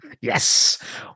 Yes